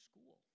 school